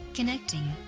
connecting.